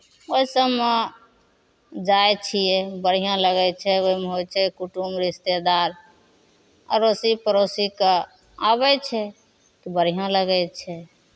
ओहि सभमे जाइ छियै बढ़िआँ लगै छै ओहिमे होइ छै कुटुम रिश्तेदार अड़ोसी पड़ोसीके आबै छै तऽ बढ़िआँ लगै छै